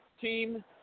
team